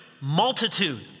multitude